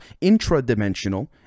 intradimensional